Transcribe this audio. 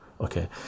okay